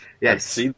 Yes